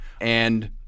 And-